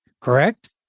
correct